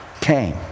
came